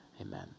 Amen